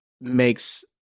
makes